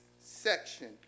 section